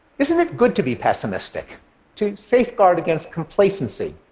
isn't it good to be pessimistic to safeguard against complacency,